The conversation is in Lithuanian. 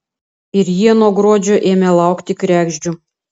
ir jie nuo gruodžio ėmė laukti kregždžių